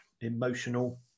emotional